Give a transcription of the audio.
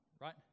right